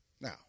Now